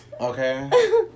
Okay